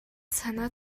санаа